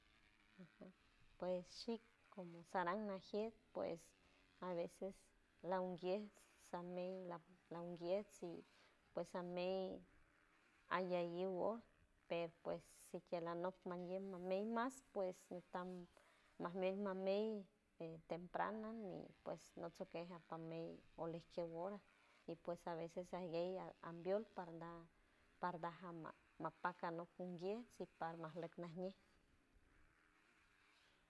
Pues shi ku zharanmajnael pues a veces laongies zammey la unkies, pues zameis ayeyiufguo pero pues sikelanok manguey mas meymas pues tam masmey masmey temprana ni pues no zokeis, afpamey oj ke hora pues aveces ahí ella ambiol. barbajama mapakanot kumbiej simpafnot tubiej.